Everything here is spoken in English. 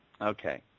Okay